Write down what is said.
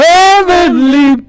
Heavenly